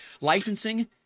Licensing